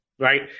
Right